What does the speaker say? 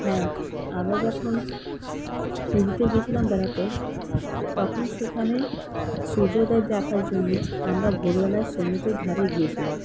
হ্যাঁ আমরা যখন পুরীতে গিয়েছিলাম বেড়াতে তখন সেখানে সূর্যোদয় দেখার জন্য আমরা ভোরবেলায় সমুদ্রের ধারে গিয়েছিলাম